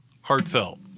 heartfelt